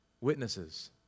Witnesses